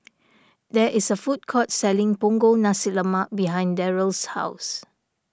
there is a food court selling Punggol Nasi Lemak behind Daryl's house